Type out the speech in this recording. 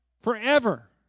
forever